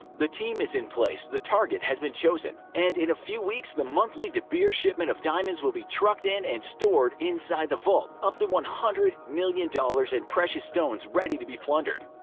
the team is in place, the target has been chosen. and in a few weeks the monthly debeers shipment of diamonds will be trucked in and stored inside the vault, up to one hundred million dollars in precious stones ready to be plundered.